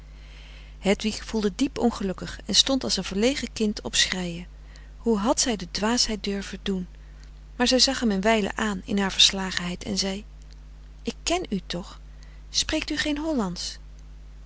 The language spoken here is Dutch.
hedwig voelde diep ongelukkig en stond als een verlegen kind op schreien hoe had zij de dwaasheid durven doen maar zij zag hem een wijle aan in haar verslagenheid en zei ik ken u toch spreekt u geen hollandsch